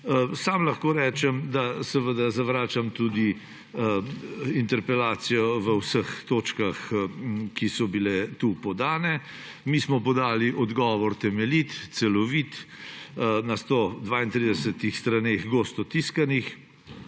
Sam lahko rečem, da zavračam tudi interpelacijo v vseh točkah, ki so bile tu podane. Mi smo podali temeljit, celovit odgovor na gosto tiskanih